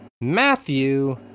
Matthew